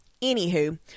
anywho